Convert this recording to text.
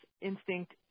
instinct